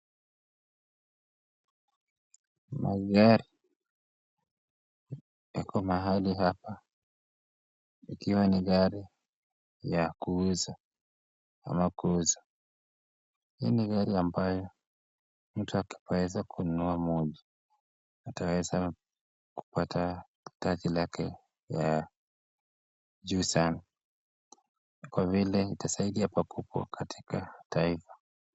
Magari yako mahali hapa, ikiwa ni gari ya kuuza ama kuuza. Hii ni gari amabayo mtu akiweza kununua mmoja, ataweza kupata taji lake ya juu sana, kwa vile itasaidia pakubwa katika taifa.